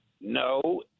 no